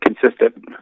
consistent